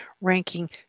ranking